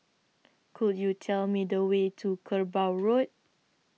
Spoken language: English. Could YOU Tell Me The Way to Kerbau Road